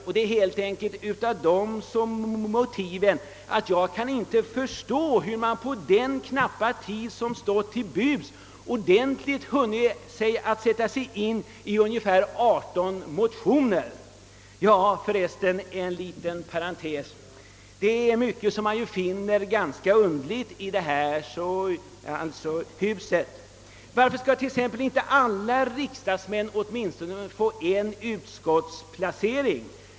Jag kan nämligen inte förstå hur man på den knappa tid som stått till buds hunnit att sätta sig in i 18 motioner. En liten parentes: Det är mycket som man finner ganska underligt i detta hus. Varför skall t.ex. inte alla riksdagsmän få åtminstone en utskottsplacering?